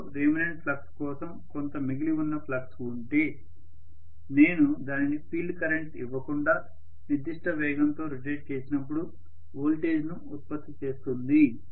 మెషిన్లో remanent flux కోసం కొంత మిగిలి ఉన్న ఫ్లక్స్ ఉంటే నేను దానిని ఫీల్డ్ కరెంట్ ఇవ్వకుండా నిర్దిష్ట వేగంతో రొటేట్ చేసినప్పుడు వోల్టేజ్ను ఉత్పత్తి చేస్తుంది